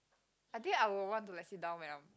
I think I would want to like sit down when I'm